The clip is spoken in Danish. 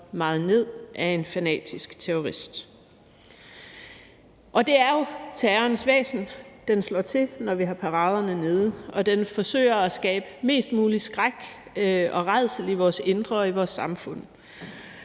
mejet ned af en fanatisk terrorist. Det er jo terrorens væsen, at den slår til, når vi har paraderne nede, og den forsøger at skabe mest mulig skræk og rædsel i vores indre og i vores samfund.